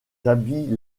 habits